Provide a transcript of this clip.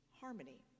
Harmony